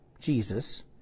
Jesus